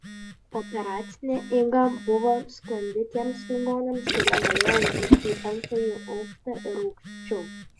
pooperacinė eiga buvo sklandi tiems ligoniams kurie galėjo užlipti į penktąjį aukštą ir aukščiau